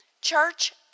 Church